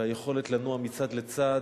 והיכולת לנוע מצד לצד,